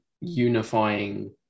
unifying